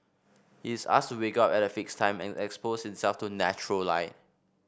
he is asked to wake up at a fixed time and expose himself to natural light